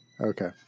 Okay